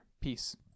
peace